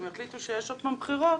אם יחליטו שיש עוד פעם בחירות,